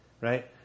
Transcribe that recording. right